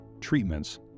treatments